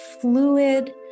fluid